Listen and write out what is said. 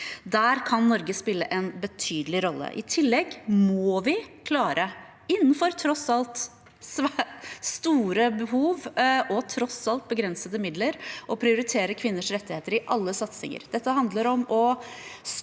Der kan Norge spille en betydelig rolle. I tillegg må vi klare – innenfor tross alt store behov og tross alt begrensede midler – å prioritere kvinners rettigheter i alle satsinger.